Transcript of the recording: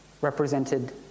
represented